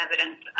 evidence